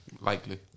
Likely